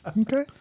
Okay